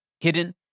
hidden